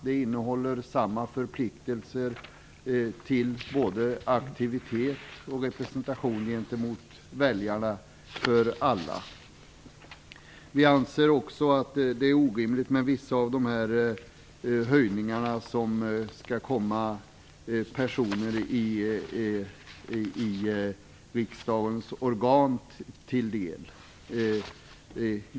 Det innehåller samma förpliktelser mot väljarna för alla, när det gäller både aktivitet och representation. Vi anser också att vissa av de höjningar som skall komma personer i riksdagens organ till del är orimliga.